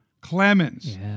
Clemens